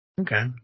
Okay